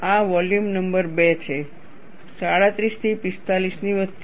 આ volume number 2 છે 37 થી 45 ની વચ્ચે